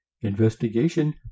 investigation